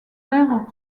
mères